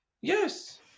Yes